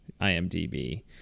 imdb